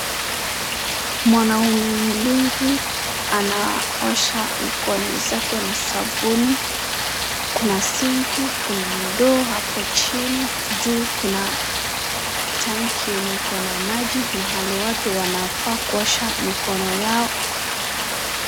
Mwanaume mlinzi anaosha mikono zake na sabuni, kuna sink , kuna ndoo hapo chini, juu kuna tank yenye iko na maji, mahali watu wanafaa kuosha mikono yao.